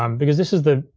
um because this is the,